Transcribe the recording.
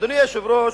אדוני היושב-ראש,